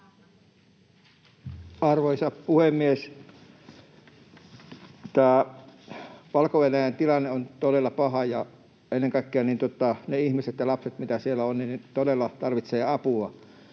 Arvoisa puhemies! Tämä Valko-Venäjän tilanne on todella paha, ja ennen kaikkea ne ihmiset ja varsinkin lapset, mitä siellä on, todella tarvitsevat apua.